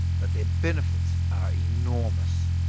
but their benefits are enormous.